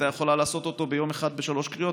היא הייתה יכולה לעשות אותו ביום אחד בשלוש קריאות.